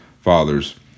fathers